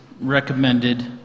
recommended